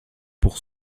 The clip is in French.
pour